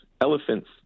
elephants